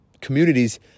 communities